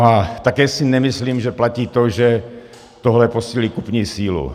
A také si nemyslím, že platí to, že tohle posílí kupní sílu.